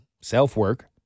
self-work